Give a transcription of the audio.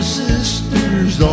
sisters